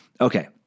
Okay